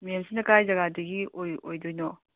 ꯃꯦꯝꯁꯤꯅ ꯀꯗꯥꯏ ꯖꯒꯥꯗꯒꯤ ꯑꯣꯏꯗꯣꯏꯅꯣ